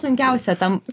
sunkiausia ten